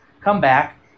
comeback